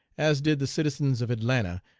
as did the citizens of atlanta,